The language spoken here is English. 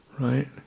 Right